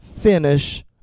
finish